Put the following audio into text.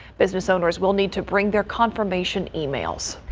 business owners will need to bring their confirmation emails.